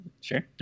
Sure